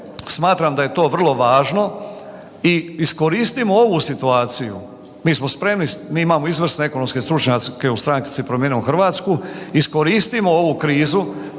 smatram da je to vrlo važno i iskoristimo ovu situaciju, mi smo spremni, mi imamo izvrsne ekonomske stručnjake u stranci Promijenimo Hrvatsku, iskoristimo ovu krizu